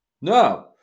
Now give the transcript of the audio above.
No